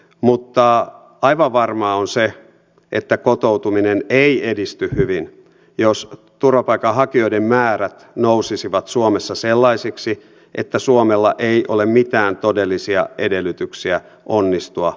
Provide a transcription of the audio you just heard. mutta aivan varmaa on se että kotoutuminen ei edisty hyvin jos turvapaikanhakijoiden määrät nousisivat suomessa sellaisiksi että suomella ei ole mitään todellisia edellytyksiä onnistua kotouttamisessa